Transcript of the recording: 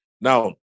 Now